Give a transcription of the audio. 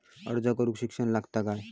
अर्ज करूक शिक्षण लागता काय?